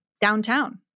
downtown